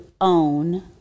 own